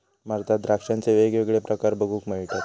भारतात द्राक्षांचे वेगवेगळे प्रकार बघूक मिळतत